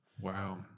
Wow